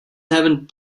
haven’t